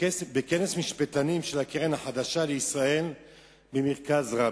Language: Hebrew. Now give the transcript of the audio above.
בכנס משפטנים של הקרן החדשה לישראל במרכז רבין,